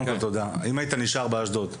אם היית נשאר באשדוד,